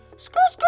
skirrrrt!